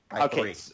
Okay